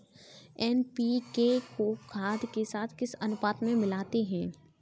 NPK को खाद के साथ किस अनुपात में मिलाते हैं?